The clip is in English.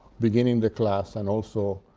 beginning the class, and also